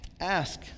Ask